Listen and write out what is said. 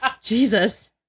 Jesus